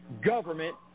government